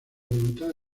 voluntad